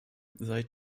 seit